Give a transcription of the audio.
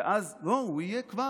לא, הוא יהיה כבר.